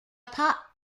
pop